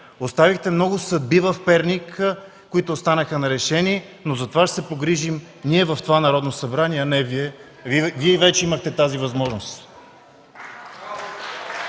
събрание; много съдби в Перник, които останаха нерешени! Но за това ще се погрижим ние в това Народно събрание, а не Вие. Вие вече имахте тази възможност.